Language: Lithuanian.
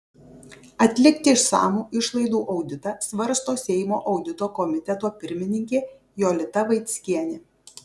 atlikti išsamų išlaidų auditą svarsto seimo audito komiteto pirmininkė jolita vaickienė